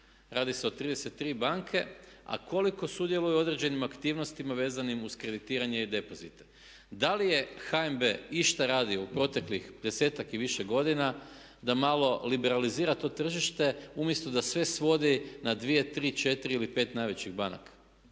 radi se o 33 banke, a koliko sudjeluje u određenim aktivnostima vezanim uz kreditiranje i depozite. Da li je HNB išta radio u proteklih 10-ak i više godina da malo liberalizira to tržište umjesto da sve svodi na 2, 3, 4 ili 5 najvećih banaka.